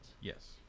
Yes